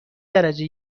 درجه